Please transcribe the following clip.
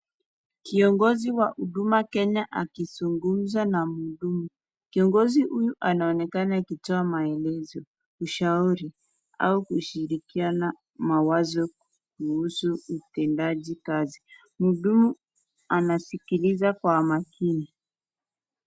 Kiongozi wa huduma Kenya akizungumza na mhudumu. Kiongozi huyu anaonekana akitoa maelezo, ushauri au kushirikiana mawazo kuhusu utendaji kazi. Mhudumu anasikiliza kwa makini.